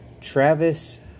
Travis